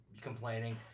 complaining